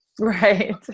Right